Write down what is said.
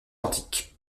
antique